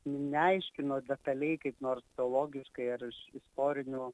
neaiškino detaliai kaip nors teologiškai ar iš istorinių